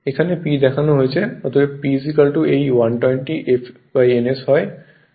এখানে P দেখানো হয়েছে অতএব P এই 120 fns হয়